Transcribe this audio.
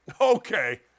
Okay